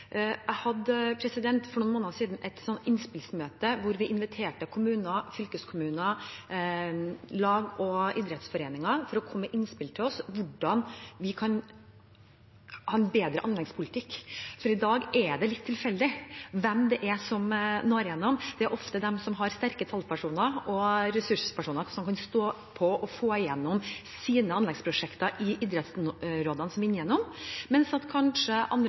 Jeg hadde for noen måneder siden et innspillsmøte hvor vi inviterte kommuner, fylkeskommuner, lag og idrettsforeninger for å komme med innspill til oss om hvordan vi kan ha en bedre anleggspolitikk, for i dag er det litt tilfeldig hvem det er som når gjennom. Det er ofte dem som har sterke talspersoner og ressurspersoner, som kan stå på og få gjennom sine anleggsprosjekter i idrettsrådene, som vinner gjennom, mens kanskje andre